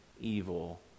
evil